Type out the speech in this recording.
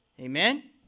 Amen